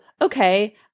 okay